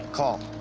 call.